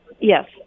Yes